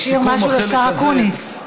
תשאיר משהו לשר אקוניס.